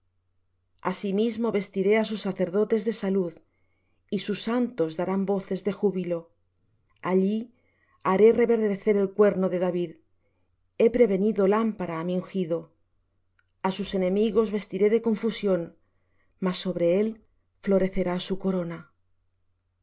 asimismo vestiré á sus sacerdotes de salud y sus santos darán voces de júbilo allí haré reverdecer el cuerno de david he prevenido lámpara á mi ungido a sus enemigos vestiré de confusión mas sobre él florecerá su corona